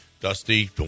Dusty